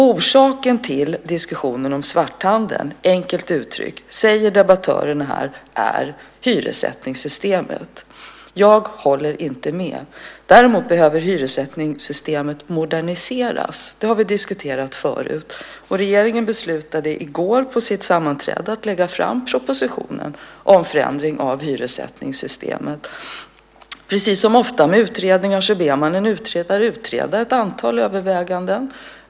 Orsaken till diskussionen om svarthandeln är enkelt uttryckt, säger debattörerna här, hyressättningssystemet. Jag håller inte med om det. Däremot behöver hyressättningssystemet moderniseras. Det har vi diskuterat förut. Regeringen beslutade i går på sitt sammanträde att lägga fram propositionen om förändring av hyressättningssystemet. Precis som ofta med utredningar ber man en utredare att utreda ett antal överväganden.